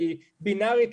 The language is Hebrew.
כי בינארית,